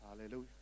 Hallelujah